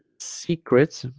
secrets